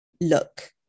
look